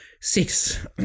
six